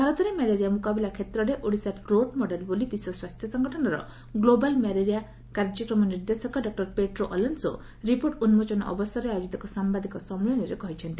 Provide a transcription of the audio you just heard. ଭାରତରେ ମ୍ୟାଲେରିଆ ମୁକାବିଲା ଷେତ୍ରରେ ଓଡ଼ିଶା ରୋଲ୍ ମଡେଲ ବୋଲି ବିଶ୍ୱ ସ୍ୱାସ୍ଥ୍ୟ ସଂଗଠନର ଗ୍ଲୋବାଲ ମ୍ୟାଲେରିଆ କାର୍ଯ୍ୟକ୍ରମ ନିର୍ଦ୍ଦେଶକ ଡକ୍ଟର ପେଡ୍ରୋ ଅଲନ୍ସୋ ରିପୋର୍ଟ ଉନ୍କୋଚନ ଅବସରରେ ଆୟୋଜିତ ଏକ ସାମ୍ଭାଦିକ ସମ୍ମିଳନୀରେ କହିଛନ୍ତି